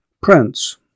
Prince